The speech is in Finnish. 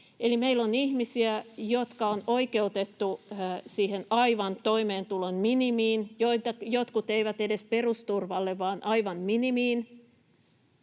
meillä on ihmisiä, jotka on oikeutettu siihen aivan toimeentulon minimiin, jotkut eivät edes perusturvalle vaan aivan minimiin,